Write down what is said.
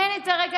אין את הרקע,